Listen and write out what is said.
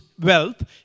wealth